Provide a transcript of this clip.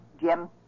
Jim